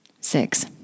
Six